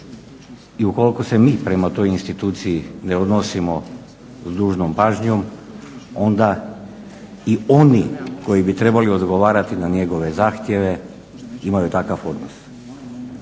I ukoliko se mi prema toj instituciji ne odnosimo s dužnom pažnjom onda i oni koji bi trebali odgovarati na njegove zahtjeve imaju takav odnos.